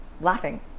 laughing